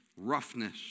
roughness